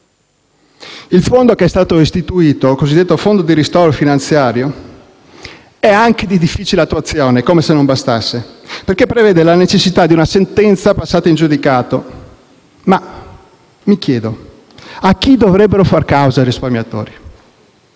Il fondo istituito, cosiddetto fondo di ristoro finanziario, è anche di difficile attuazione - come se non bastasse - perché prevede la necessità di una sentenza passata in giudicato. Mi chiedo: a chi dovrebbero far causa i risparmiatori?